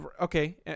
Okay